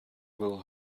will